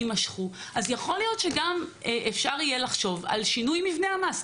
יימשכו אז יכול להיות שגם יהיה אפשר לחשוב על שינוי מבנה המס.